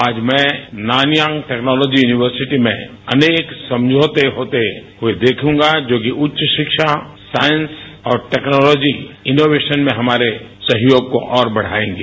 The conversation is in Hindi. आज मैं नानियांग टेक्नोलोजी यूनिवर्सिटी में अनके समझौते होते हुए देखूंगा जो कि उच्च शिक्षा साइंस और टेक्नोलोजी इनोवेशन में हमारे सहयोग को और बढाएंगे